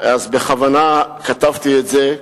בכוונה כתבתי את זה,